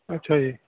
ਅੱਛਾ ਜੀ